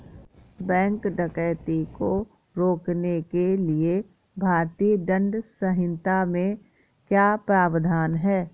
bank डकैती को रोकने के लिए भारतीय दंड संहिता में क्या प्रावधान है